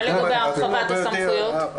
מה לגבי הרחבת הסמכויות?